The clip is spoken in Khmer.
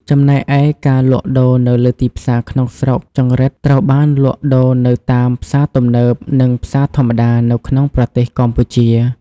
ចំណែកឯការលក់ដូរនៅលើទីផ្សារក្នុងស្រុកចង្រិតត្រូវបានលក់ដូរនៅតាម ផ្សារទំនើប និងផ្សារធម្មតា នៅក្នុងប្រទេសកម្ពុជា។